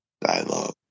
dialogue